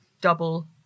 double